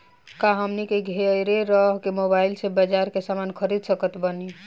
का हमनी के घेरे रह के मोब्बाइल से बाजार के समान खरीद सकत बनी?